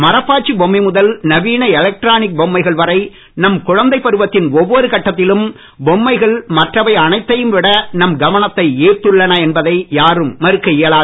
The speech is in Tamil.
மரப்பாச்சி பொம்மை முதல் நவீன எலக்ட்ரானிக் பொம்மைகள் வரை நம் குழந்தை பருவத்தின் ஒவ்வொரு கட்டத்திலும் பொம்மைகள் மற்றவை அனைத்தையும் விட நம் கவனத்தை ஈர்த்துள்ளன என்பதை யாரும் மறுக்க இயலாது